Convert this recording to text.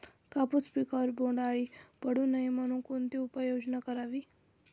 कापूस पिकावर बोंडअळी पडू नये म्हणून कोणती उपाययोजना करावी?